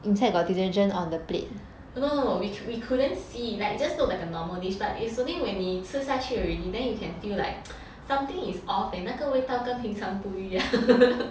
no no no we we couldn't see like just looks like a normal dish but it's only when 你吃下去 already then you can feel like something is off leh 那个味道跟平常不一样